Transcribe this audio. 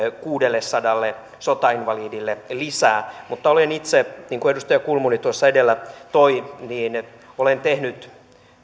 kuudellesadalle sotainvalidille lisää olen itse niin kuin edustaja kulmunikin tuossa edellä toi tämän asian esille tehnyt